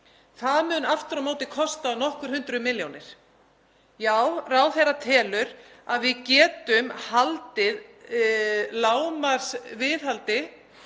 Það mun aftur á móti kosta nokkur hundruð milljónir. Já, ráðherra telur að við getum haldið lágmarksviðhaldi